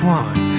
one